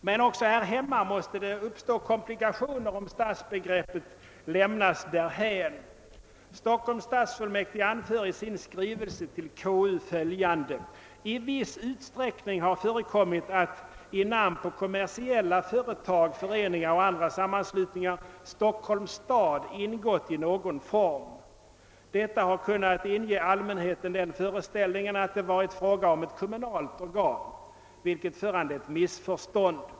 Men också här hemma måste det uppstå komplikationer om stadsbegreppet lämnas därhän. Stockholms stadsfullmäktige anför i sin skrivelse till konstitutionsutskottet följande: »I viss utsträckning har förekommit att i namn på kommersiella företag, föreningar och andra sammanslutningar Stockholms stad ingått i någon form. Detta har kunnat inge allmänheten den föreställningen att det varit fråga om ett kommunalt organ, vilket föranlett missförstånd.